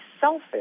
selfish